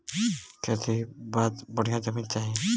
खेती बदे बढ़िया जमीन चाही